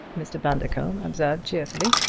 mr. bundercombe observed cheerfully.